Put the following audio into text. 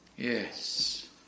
Yes